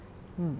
mm